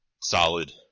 solid